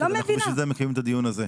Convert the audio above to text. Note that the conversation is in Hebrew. אנחנו בשביל זה מקיימים את הדיון הזה.